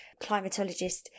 climatologist